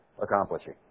accomplishing